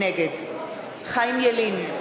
נגד חיים ילין,